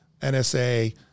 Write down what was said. NSA